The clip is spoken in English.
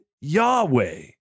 Yahweh